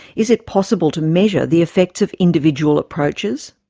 is it possible to measure the effects of individual approaches?